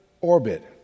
orbit